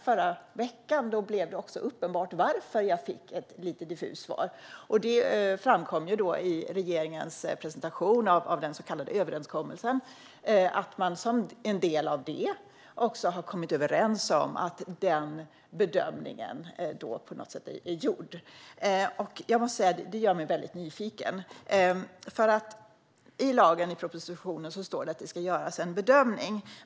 Förra veckan blev det uppenbart varför jag fick ett diffust svar, för det framkom i regeringens presentation av den så kallade överenskommelsen att man som en del av den också har kommit överens om att denna bedömning är gjord. Detta gör mig nyfiken. I propositionen står det att det ska göras en bedömning.